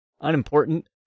Unimportant